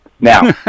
Now